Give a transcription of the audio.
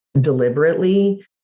deliberately